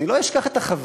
אני לא אשכח את החוויה,